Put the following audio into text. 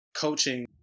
coaching